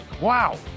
wow